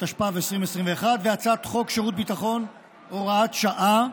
התשפ"ב 2021, והצעת חוק שירות ביטחון (הוראת שעה)